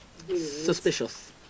suspicious